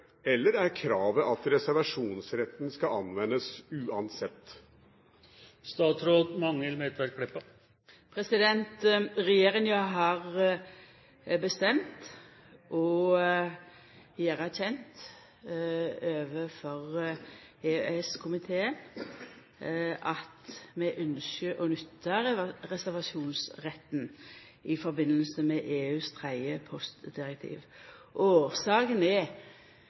Eller er kravet at reservasjonsretten skal anvendes uansett? Regjeringa har bestemt å gjera kjent overfor EØS-komiteen at vi ynskjer å nytta reservasjonsretten i samband med EUs tredje postdirektiv. Årsaka er